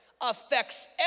affects